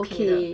okay